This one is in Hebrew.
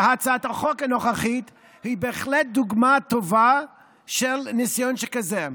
והצעת החוק הנוכחית היא בהחלט דוגמה טובה של ניסיון שכזה.